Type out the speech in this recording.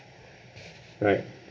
right